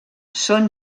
són